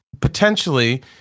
potentially